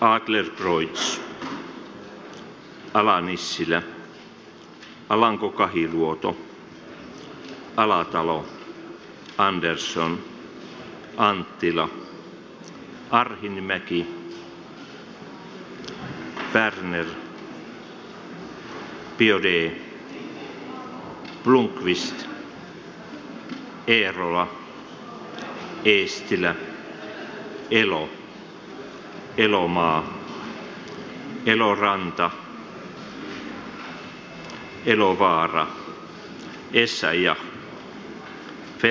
nu följer val av andre vice talman